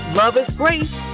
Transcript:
loveisgrace